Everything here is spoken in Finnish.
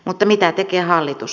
mutta mitä tekee hallitus